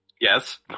Yes